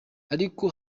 ariko